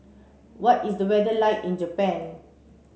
what is the weather like in Japan